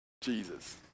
Jesus